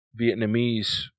Vietnamese